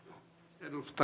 arvoisa